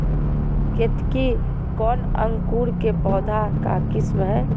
केतकी कौन अंकुर के पौधे का किस्म है?